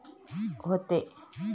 व्हते